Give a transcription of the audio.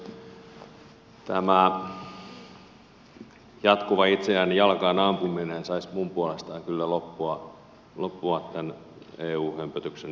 tämä jatkuva itseään jalkaan ampuminen saisi minun puolestani kyllä loppua tämän eu hömpötyksen ympärillä